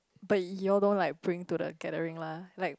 but you all don't like bring to the gathering lah like